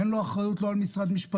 אין לו אחריות לא על משרד המשפטים,